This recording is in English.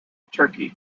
turkey